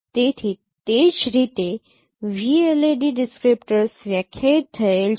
તેથી તે જ રીતે VLAD ડિસક્રીપ્ટર્સ વ્યાખ્યાયિત થયેલ છે